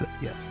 Yes